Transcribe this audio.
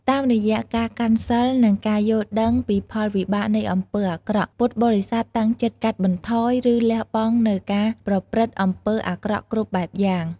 តាមរយៈការកាន់សីល និងការយល់ដឹងពីផលវិបាកនៃអំពើអាក្រក់ ពុទ្ធបរិស័ទតាំងចិត្តកាត់បន្ថយ ឬលះបង់នូវការប្រព្រឹត្តអំពើអាក្រក់គ្រប់បែបយ៉ាង។